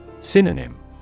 Synonym